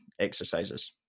exercises